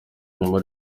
inyuma